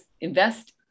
invest